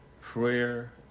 Prayer